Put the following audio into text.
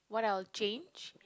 what I will change